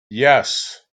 yes